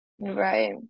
Right